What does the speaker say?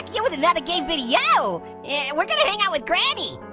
yeah with another game video! yeah, we're gonna hang out with granny!